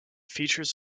features